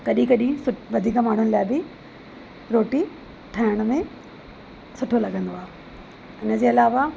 कॾहिं कॾहिं वधीक माण्हुनि जे लाइ बि रोटी ठाहिण में सुठो लॻंदो आहे इनजे अलावा